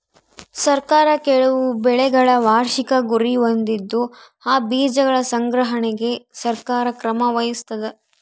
ಸರ್ಕಾರ ಕೆಲವು ಬೆಳೆಗಳ ವಾರ್ಷಿಕ ಗುರಿ ಹೊಂದಿದ್ದು ಆ ಬೀಜಗಳ ಸಂಗ್ರಹಣೆಗೆ ಸರ್ಕಾರ ಕ್ರಮ ವಹಿಸ್ತಾದ